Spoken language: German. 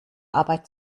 arbeit